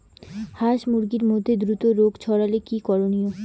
হাস মুরগির মধ্যে দ্রুত রোগ ছড়ালে কি করণীয়?